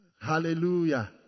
Hallelujah